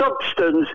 substance